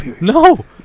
No